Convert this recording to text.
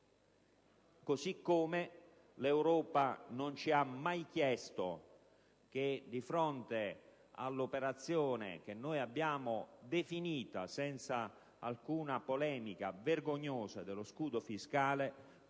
Così come l'Europa non ci ha mai chiesto, a fronte dell'operazione (da noi definita senza alcuna polemica vergognosa) dello scudo fiscale